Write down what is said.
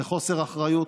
זה חוסר אחריות.